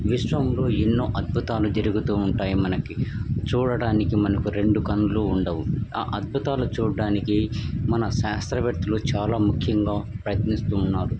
విశ్వంలో ఎన్నో అద్భుతాలు జరుగుతుంటాయి మనకి చూడడానికి మనకు రెండు కన్నులు ఉండవు అద్భుతాలు చుడటానికి మన శాస్త్రవేత్తలు చాలా ముఖ్యంగా ప్రయత్నిస్తు ఉన్నారు